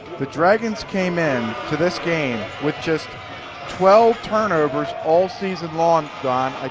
the dragons came in to this game with just twelve turnovers all season long, donn.